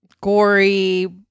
gory